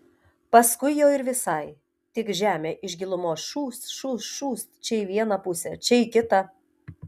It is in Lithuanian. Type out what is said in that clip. paskui jau ir visai tik žemė iš gilumos šūst šūst šūst čia į vieną pusę čia į kitą